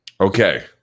Okay